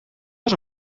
was